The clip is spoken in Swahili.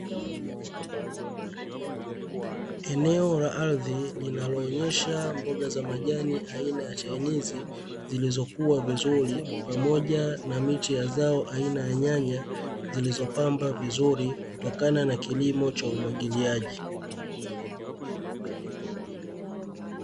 Eneo la ardhi linaloonyesha mboga za majani aina ya chainizi zilizokua vizuri, pamoja na miche ya zao aina ya nyanya zilizopamba vizuri kutokana na kilimo cha umwagiliaji.